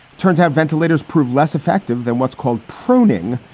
turns out ventilators prove less effective than what's called pruning,